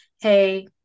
hey